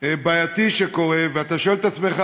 בעייתי קורה, ואתה שואל את עצמך: